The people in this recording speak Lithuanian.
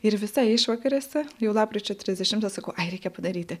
ir visai išvakarėse jau lapkričio trisdešimtą sakau jei reikia padaryti